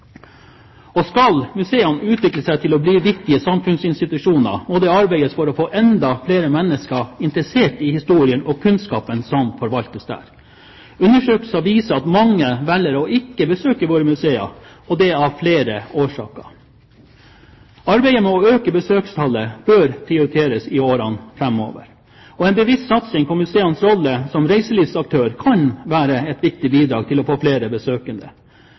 yrkene. Skal museene utvikle seg til å bli viktige samfunnsinstitusjoner, må det arbeides for å få enda flere mennesker interessert i historien og kunnskapen som forvaltes der. Undersøkelser viser at mange velger ikke å besøke våre museer, og det av flere årsaker. Arbeidet med å øke besøkstallet bør prioriteres i årene framover. En bevisst satsing på museenes rolle som reiselivsaktører kan være et viktig bidrag til å få flere besøkende.